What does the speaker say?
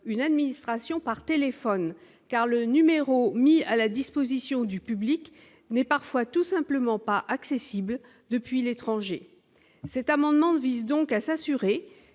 une administration par téléphone car le numéro mis à la disposition du public n'est parfois tout simplement pas accessible depuis l'étranger, cet amendement vise donc à s'assurer